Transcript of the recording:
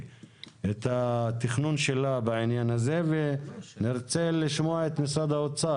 את התכנון שלה בעניין הזה ונרצה לשמוע את משרד האוצר.